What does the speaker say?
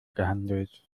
gehandelt